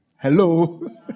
Hello